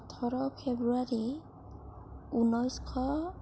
ওঠৰ ফ্ৰেব্ৰুৱাৰী ঊনৈছশ